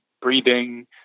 breathing